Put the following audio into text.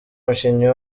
umukinnyi